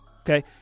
Okay